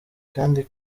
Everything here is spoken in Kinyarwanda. kandi